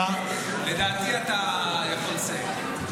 לדעתי אתה יכול לסיים.